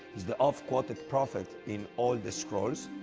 he's the oft-quoted prophet in all the scrolls.